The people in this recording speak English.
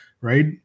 right